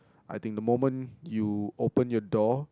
I think the moment you open your door